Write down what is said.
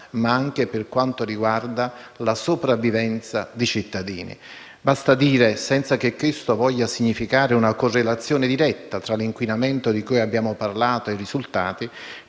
ma anche per la sopravvivenza dei cittadini. Basti dire, senza che questo voglia significare una correlazione diretta tra l'inquinamento di cui abbiamo parlato e i risultati,